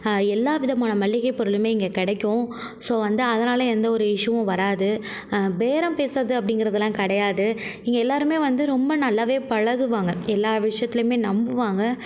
எல்லா விதமான மளிகை பொருளுமே இங்கே கிடைக்கும் ஸோ வந்து அதனால் எந்த ஒரு இஸ்யூம் வராது பேரம் பேசுவது அப்படின்கிறதுலாம் கிடையாது இங்கே எல்லாேருமே வந்து ரொம்ப நல்லாவே பழகுவாங்க எல்லா விஷயத்துலயுமே நம்புவாங்க